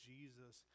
Jesus